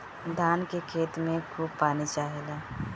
धान के खेत में खूब पानी चाहेला